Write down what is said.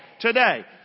Today